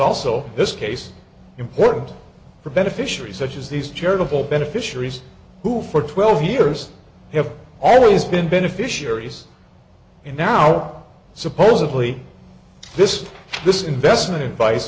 also this case important for beneficiaries such as these charitable beneficiaries who for twelve years have always been beneficiaries in our supposedly this this investment advice